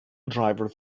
driver